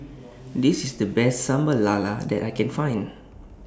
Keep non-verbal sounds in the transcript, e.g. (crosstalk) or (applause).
(noise) This IS The Best Sambal Lala that I Can Find